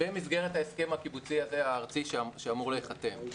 במסגרת ההסכם הקיבוצי הארצי הזה שאמור להיחתם.